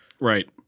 Right